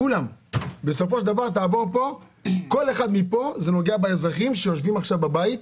בסוף זה גם פוגע באזרחים שיושבים עכשיו בבית.